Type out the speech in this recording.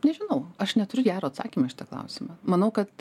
nežinau aš neturiu gero atsakymo į šitą klausimą manau kad